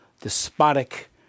despotic